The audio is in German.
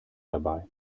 dabei